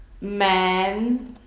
men